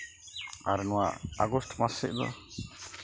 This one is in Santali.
ᱟᱨ ᱱᱚᱣᱟ ᱟᱜᱚᱥᱴ ᱢᱟᱥ ᱥᱮᱫ ᱫᱚ